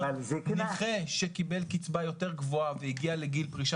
נכה שקיבל קצבה יותר גבוהה והגיע לגיל פרישה,